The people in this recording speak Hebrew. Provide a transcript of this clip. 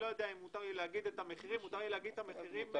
המחירים